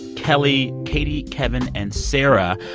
kelly, katie, kevin and sarah.